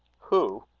who?